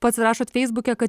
pats rašot feisbuke kad